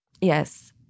Yes